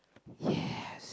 yes